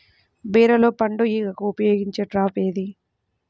బీరలో పండు ఈగకు ఉపయోగించే ట్రాప్ ఏది?